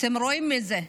אתם רואים את זה,